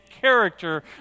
character